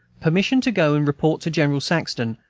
permission to go and report to general saxton,